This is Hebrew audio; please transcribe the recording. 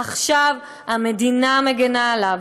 עכשיו המדינה מגינה עליו,